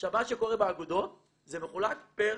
עכשיו, מה שקורה באגודות, זה מחולק פר